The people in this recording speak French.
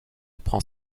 prend